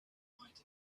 wide